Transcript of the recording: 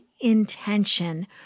intention